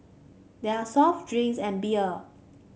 there are soft drinks and beer